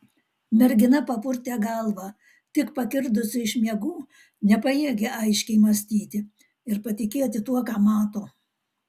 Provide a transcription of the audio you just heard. mergina papurtė galvą tik pakirdusi iš miegų nepajėgė aiškiai mąstyti ir patikėti tuo ką mato